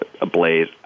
ablaze